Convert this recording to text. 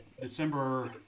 December